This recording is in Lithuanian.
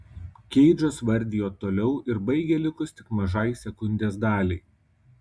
keidžas vardijo toliau ir baigė likus tik mažai sekundės daliai